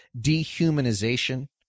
dehumanization